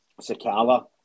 Sakala